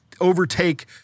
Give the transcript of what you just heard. overtake